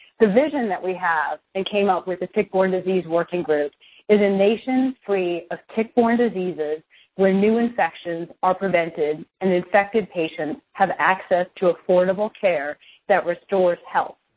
the vision that we have and came up with the tick-borne disease working group is a nation free of tick-borne diseases where new infections are prevented and infected patients have access to affordable care that restores health.